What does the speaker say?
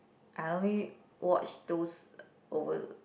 I only watch those over